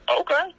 okay